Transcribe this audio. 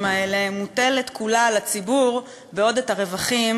האלה מוטלת כולה על הציבור בעוד את הרווחים,